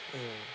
mm